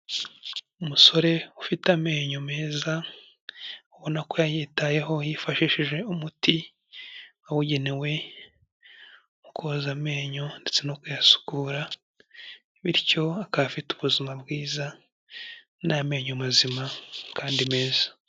Umusore ufite amenyo meza, ubona ko yayitayeho yifashishije umuti, wabugenewe, mu koza amenyo ndetse no kuyasukura. Bityo akaba afite ubuzima bwiza, n'amenyo mazima, kandi meza.